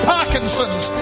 Parkinson's